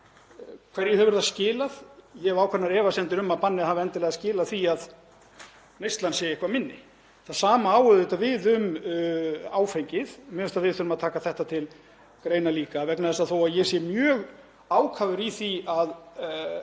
hefur það skilað? Ég hef ákveðnar efasemdir um að bannið hafi endilega skilað því að neyslan sé eitthvað minni. Það sama á auðvitað við um áfengið. Mér finnst að við þurfum að taka þetta til greina líka vegna þess að þó að ég sé mjög ákafur í því að